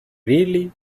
really